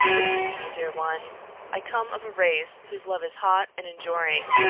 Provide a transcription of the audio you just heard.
listen to me, dear one i come of a race whose love is hot and enduring.